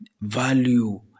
Value